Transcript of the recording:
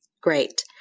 Great